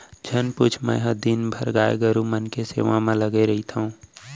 झन पूछ मैंहर दिन भर गाय गरू मन के सेवा म लगे रइथँव